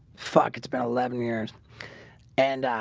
fuck it's about eleven years and ah